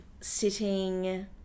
sitting